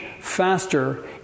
faster